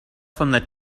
from